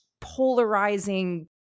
polarizing –